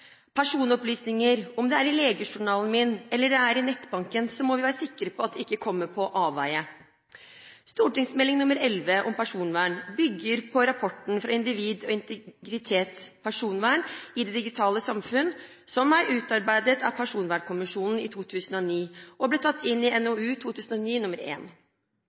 personopplysninger – om det er i legejournalen min, eller det er i nettbanken – ikke kommer på avveier. Stortingsmeldingen, Meld. St. 11 om personvern, bygger på rapporten Individ og integritet. Personvern i det digitale samfunnet, som ble utarbeidet av Personvernkommisjonen i 2009 og tatt inn i NOU 2009: